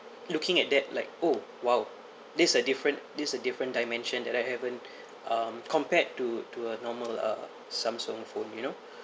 looking at that like oh !wow! this a different this a different dimension that I haven't um compared to to a normal uh samsung phone you know